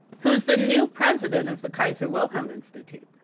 who's the new president of the kaiser wilhelm institute,